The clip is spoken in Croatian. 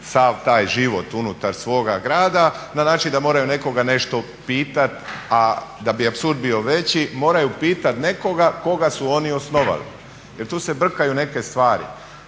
sav taj život unutar svoga grada na način da moraju nekoga nešto pitati, a da bi apsurd bio veći moraju pitati nekoga koga su oni osnovali. Jer tu se brkaju neke stvari.